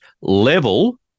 level